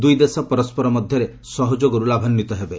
ଦୁଇ ଦେଶ ପରସ୍କର ମଧ୍ୟରେ ସହଯୋଗରୁ ଲାଭାନ୍ୱିତ ହେବେ